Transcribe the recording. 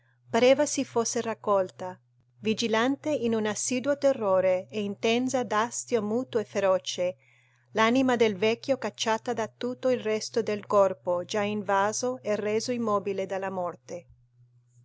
pareva si fosse raccolta vigilante in un assiduo terrore e intensa d'astio muto e feroce l'anima del vecchio cacciata da tutto il resto del corpo già invaso e reso immobile dalla morte